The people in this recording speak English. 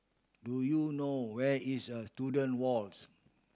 do you know where is a Student Walks